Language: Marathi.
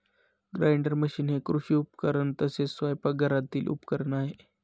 ग्राइंडर मशीन हे कृषी उपकरण तसेच स्वयंपाकघरातील उपकरण आहे